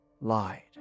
lied